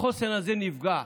החוסן הזה נפגע.